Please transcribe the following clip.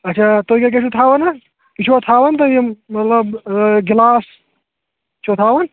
اچھا تُہۍ کیٛاہ کیٛاہ چھُ تھاوان حظ یہِ چھُوا تھاوان تُہۍ یِم مطلب گِلاس چھُوا تھاوان